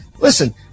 listen